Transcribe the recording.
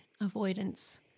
avoidance